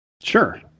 sure